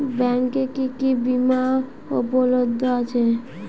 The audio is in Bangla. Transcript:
ব্যাংকে কি কি বিমা উপলব্ধ আছে?